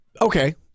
okay